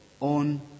on